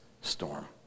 storm